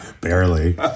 Barely